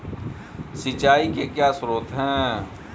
सिंचाई के क्या स्रोत हैं?